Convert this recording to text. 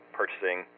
purchasing